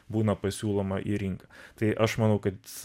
būna pasiūloma į rinką tai aš manau kad